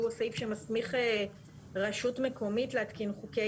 שהוא הסעיף שמסמיך רשות מקומית להתקין חוקי